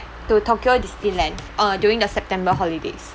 to tokyo disneyland uh during the september holidays